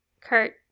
Kurt